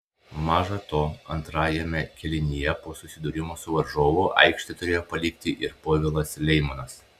maža to antrajame kėlinyje po susidūrimo su varžovu aikštę turėjo palikti ir povilas leimonas